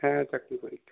হ্যাঁ চাকরির পরীক্ষা